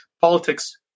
politics